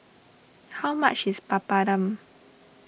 how much is Papadum